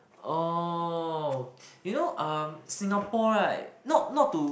oh you know um Singapore [right] not not to